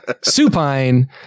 supine